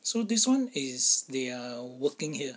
so this one is they are working here